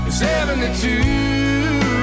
seventy-two